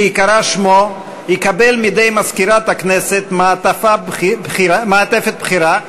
בהיקרא שמו, יקבל מידי מזכירת הכנסת מעטפת בחירה,